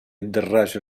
الدراجة